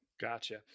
Gotcha